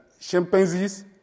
chimpanzees